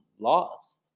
lost